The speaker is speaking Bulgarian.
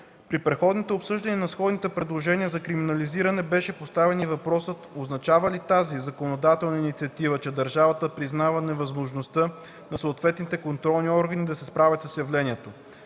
При предходни обсъждания на сходните предложения за криминализиране беше поставен и въпросът означава ли тази законодателна инициатива, че държавата признава невъзможността на съответните контролни органи да се справят с явлението.